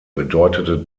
bedeutete